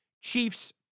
Chiefs